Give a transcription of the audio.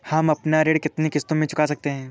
हम अपना ऋण कितनी किश्तों में चुका सकते हैं?